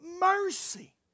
mercy